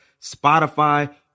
Spotify